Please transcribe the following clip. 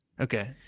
Okay